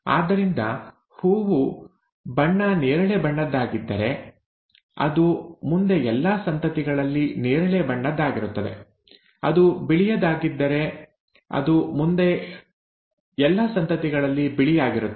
ಆದ್ದರಿಂದ ಹೂವು ಬಣ್ಣ ನೇರಳೆ ಬಣ್ಣದ್ದಾಗಿದ್ದರೆ ಅದು ಮುಂದೆ ಎಲ್ಲಾ ಸಂತತಿಗಳಲ್ಲಿ ನೇರಳೆ ಬಣ್ಣದ್ದಾಗಿರುತ್ತದೆ ಅದು ಬಿಳಿಯಾಗಿದ್ದರೆ ಅದು ಮುಂದೆ ಎಲ್ಲಾ ಸಂತತಿಗಳಲ್ಲಿ ಬಿಳಿಯಾಗಿರುತ್ತದೆ